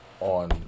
on